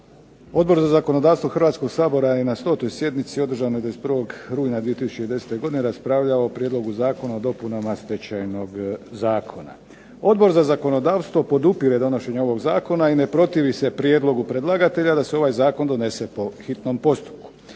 Odbor za zakonodavstvo Hrvatskog sabora je na stotoj sjednici održanoj 21. rujna 2010. godine raspravljao o Prijedlogu zakona o dopunama Stečajnog zakona. Odbor za zakonodavstvo podupire donošenje ovog zakona i ne protivi se prijedlogu predlagatelja da se ovaj zakon donese po hitnom postupku.